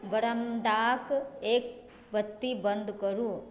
बरामदाक एक बत्ती बंद करू